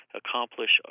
accomplish